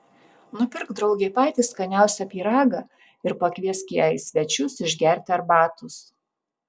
nupirk draugei patį skaniausią pyragą ir pakviesk ją į svečius išgerti arbatos